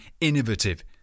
innovative